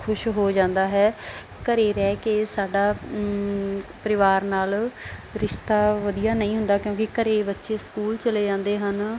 ਖੁਸ਼ ਹੋ ਜਾਂਦਾ ਹੈ ਘਰ ਰਹਿ ਕੇ ਸਾਡਾ ਪਰਿਵਾਰ ਨਾਲ ਰਿਸ਼ਤਾ ਵਧੀਆ ਨਹੀਂ ਹੁੰਦਾ ਕਿਉਂਕਿ ਘਰ ਬੱਚੇ ਸਕੂਲ ਚਲੇ ਜਾਂਦੇ ਹਨ